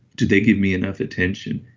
do they give me enough attention?